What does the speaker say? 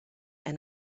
and